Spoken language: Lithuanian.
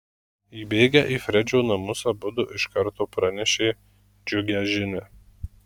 įbėgę į fredžio namus abudu iš karto pranešė džiugią žinią